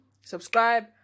Subscribe